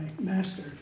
master